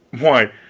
why,